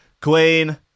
Queen